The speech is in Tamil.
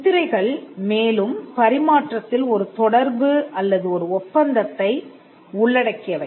முத்திரைகள் மேலும் பரிமாற்றத்தில் ஒரு தொடர்பு அல்லது ஒரு ஒப்பந்தத்தை உள்ளடக்கியவை